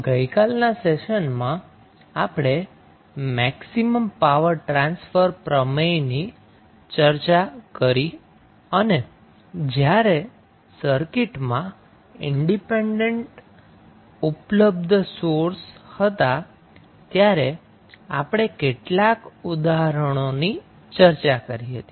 તો ગઈકાલના સેશનમાં આપણે મેક્સિમમ પાવર ટ્રાન્સફર પ્રમેયની ચર્ચા કરી અને જ્યારે સર્કિટમાં ઈન્ડિપેન્ડન્ટ ઉપલબ્ધ સોર્સ હતા ત્યારે આપણે કેટલાક ઉદાહરણોની ચર્ચા કરી હતી